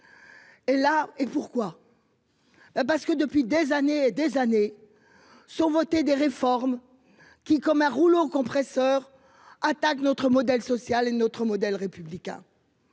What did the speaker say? Et la, et pourquoi. Parce que depuis des années et des années. Sont voter des réformes qui comme un rouleau compresseur attaquent notre modèle social et notre modèle républicain.